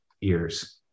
ears